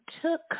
took